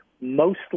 mostly